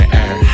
air